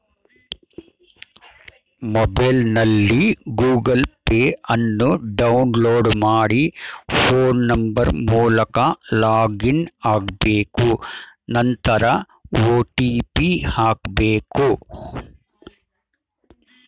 ಮೊಬೈಲ್ನಲ್ಲಿ Google Pay ಅನ್ನು download ಮಾಡಿ ಫೋನ್ ನಂಬರ್ ಮೂಲಕ ಲಾಗಿನ್ ಆಗ್ಬೇಕು ನಂತರ ಒ.ಟಿ.ಪಿ ಹಾಕ್ಬೇಕು